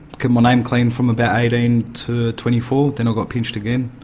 kept my name clean from about eighteen to twenty four, then i got pinched again.